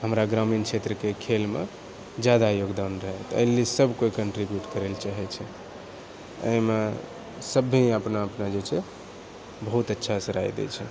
हमरा ग्रामीण क्षेत्रके खेलमे ज्यादा योगदान रहै एहिलेली सबकोइ कन्ट्रीब्यूट करैलए चाहै छै एहिमे सबभी अपना अपना जे छै बहुत अच्छासँ राइ दै छै